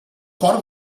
cor